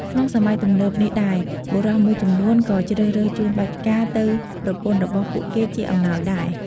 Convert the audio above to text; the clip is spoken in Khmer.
ក្នុងសម័យទំនើបនេះដែរ បុរសមួយចំនួនក៏ជ្រើសរើសជូនបាច់ផ្កាទៅប្រពន្ធរបស់ពួកគេជាអំណោយដែរ។